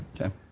Okay